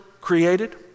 created